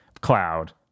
cloud